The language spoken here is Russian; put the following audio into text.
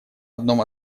одном